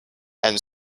and